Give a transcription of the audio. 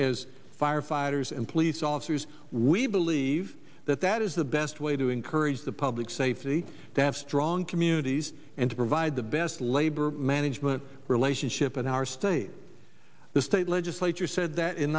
as firefighters and police officers we believe that that is the best way to encourage the public safety to have strong communities and to provide the best labor management relationship in our state the state legislature said that in